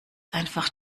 einfach